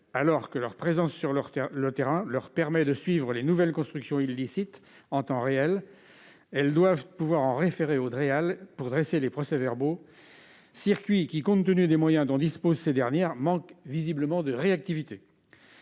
Alors que leur présence sur le terrain leur permet de suivre les nouvelles constructions illicites en temps réel, elles doivent en référer aux DEAL pour dresser les procès-verbaux, circuit qui, compte tenu des moyens dont disposent ces dernières, manque véritablement de réactivité